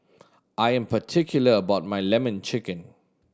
I am particular about my Lemon Chicken